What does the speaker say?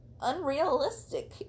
unrealistic